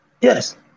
Yes